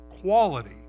quality